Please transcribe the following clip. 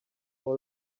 all